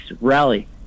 rally